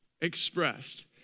expressed